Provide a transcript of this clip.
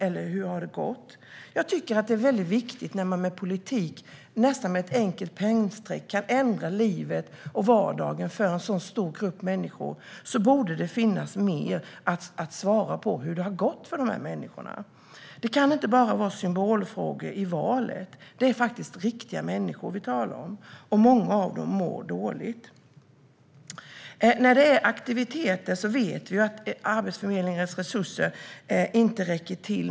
När man med politik och i nästan ett enda penndrag kan ändra livet och vardagen för en stor grupp människor borde det finnas mer att säga om hur det har gått för dem. Det kan inte bara vara symbolfrågor i valet. Det är faktiskt riktiga människor vi talar om, och många av dem mår dåligt. Vad gäller aktiviteter vet vi att Arbetsförmedlingens resurser inte räcker till.